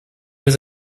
was